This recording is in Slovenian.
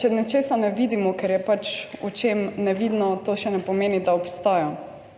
če nečesa ne vidimo, ker je pač očem nevidno, to še ne pomeni, da obstaja,